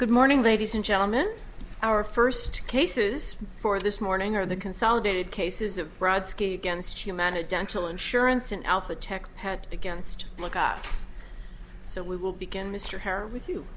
good morning ladies and gentlemen our first cases for this morning are the consolidated cases of brodsky against humanity dental insurance an alpha tech hat against makati so we will begin mr hare with you